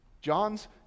John's